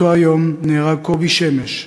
באותו יום נהרג קובי שמש,